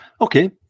Okay